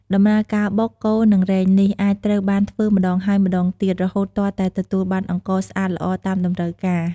ដំណើរការបុក កូរ និងរែងនេះ អាចត្រូវបានធ្វើម្តងហើយម្តងទៀត រហូតទាល់តែទទួលបានអង្ករស្អាតល្អតាមតម្រូវការ។